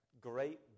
great